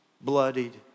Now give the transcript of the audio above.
bloodied